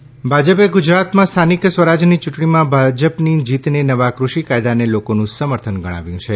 જાવડેકર ચૂંટણી ભાજપે ગુજરાતમાં સ્થાનિક સ્વરાજની ચૂંટણીમાં ભાજપની જીતને નવા કૃષિ કાયદાને લોકોનું સમર્થન ગણાવ્યું છે